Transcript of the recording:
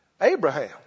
Abraham